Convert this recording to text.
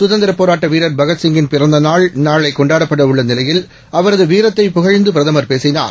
சுதந்திரப்போராட்டவீரர்பகத்சிங்கின்பிறந்தநாள்நாளைகொ ண்டாடப்படஉள்ளநிலையில் அவரதுவீரத்தைப்புகழ்ந்துபிரதமர்பேசினார்